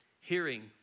Hearing